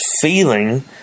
feeling